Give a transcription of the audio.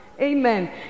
Amen